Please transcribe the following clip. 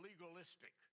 legalistic